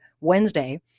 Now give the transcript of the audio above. Wednesday